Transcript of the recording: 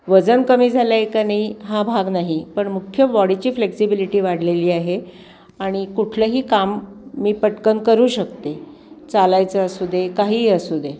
वजन कमी झालं आहे का नाही हा भाग नाही पण मुख्य बॉडीची फ्लेक्सिबिलिटी वाढलेली आहे आणि कुठलंही काम मी पटकन करू शकते चालायचं असू दे काहीही असू दे